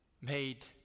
made